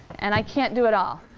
and i can't do it all,